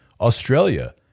Australia